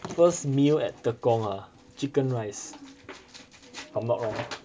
first meal at tekong ah chicken rice if I'm not wrong